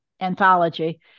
anthology